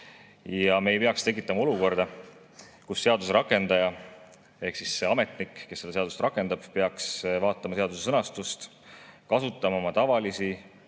Me ei peaks tekitama olukorda, kus seaduse rakendaja ehk ametnik, kes seda seadust rakendab, peaks vaatama seaduse sõnastust, kasutama oma tavalisi,